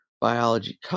biology